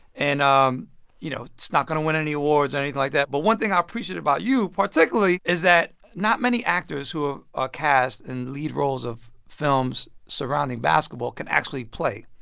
and, um you know, it's not going to win any awards or anything like that. but one thing i appreciate about you particularly is that not many actors who are ah cast in the lead roles of films surrounding basketball can actually play.